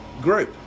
group